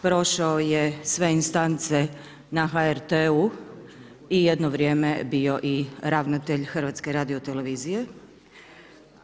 Prošao je sve instance na HRT-u i jedno vrijeme bio i ravnatelj HRT-a.